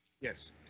Yes